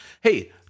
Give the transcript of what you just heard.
Hey